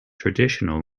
traditional